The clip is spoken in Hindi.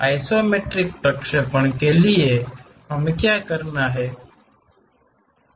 और आइसोमेट्रिक प्रक्षेपणों के लिए हमें क्या करना है